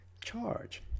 charge